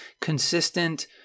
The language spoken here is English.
consistent